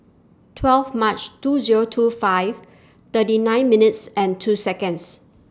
twelve March two Zero two five thirty nine minutes and two Seconds